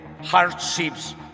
hardships